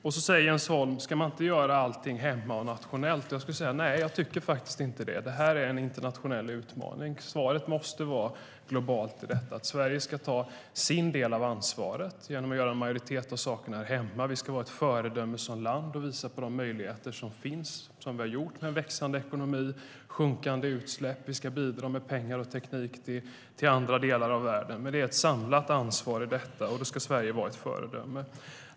Jens Holm säger: Ska man inte göra allting hemma och nationellt? Nej, jag tycker faktiskt inte det. Det här är en internationell utmaning. Svaret måste vara att ansvaret är globalt. Sverige ska ta sin del av ansvaret genom att göra en majoritet av sakerna här hemma. Vi ska vara ett föredöme som land och visa på de möjligheter som finns och som vi har åstadkommit med en växande ekonomi och sjunkande utsläpp. Vi ska bidra med pengar och teknik till andra delar av världen. Men detta är ett samlat ansvar, och då ska Sverige vara ett föredöme.